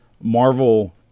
Marvel